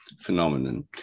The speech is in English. phenomenon